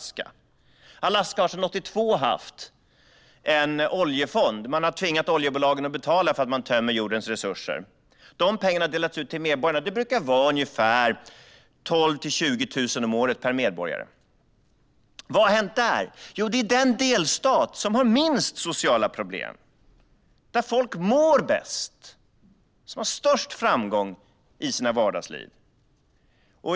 Där har man sedan 1982 haft en oljefond. Man tvingar oljebolagen att betala för att de tömmer jordens resurser. Dessa pengar delas ut till medborgarna. Det brukar handla om 12 000-20 000 om året per medborgare. Vad har hänt där? Jo, Alaska är den delstat som har minst sociala problem. Folk mår bäst där, och de har störst framgång i vardagslivet.